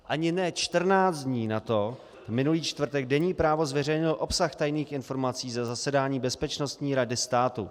Ani ne čtrnáct dní nato, minulý čtvrtek, deník Právo zveřejnil obsah tajných informací ze zasedání Bezpečnostní rady státu.